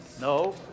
No